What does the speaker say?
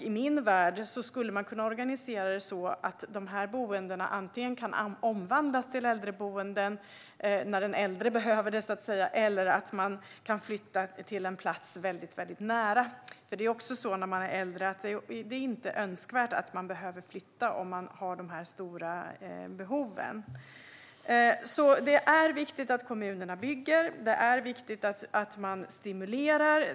I min värld skulle man kunna organisera det så att dessa boenden antingen kan omvandlas till äldreboenden när den äldre behöver det eller att den äldre kan flytta till en närliggande plats. För den som är äldre och har stora behov är det inte önskvärt att behöva flytta. Det är viktigt att kommunerna bygger. Det är viktigt att man stimulerar.